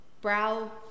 Brow